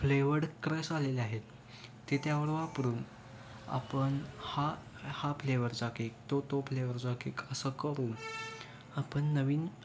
flavoured crush आलेले आहेत ते त्यावर वापरून आपण हा हा फ्लेवरचा केक तो तो फ्लेवरचा केक असं करून आपन नवीन